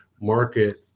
market